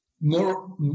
more